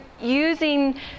using